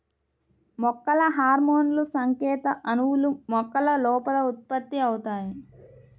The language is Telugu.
మొక్కల హార్మోన్లుసంకేత అణువులు, మొక్కల లోపల ఉత్పత్తి అవుతాయి